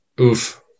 Oof